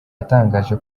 yatangaje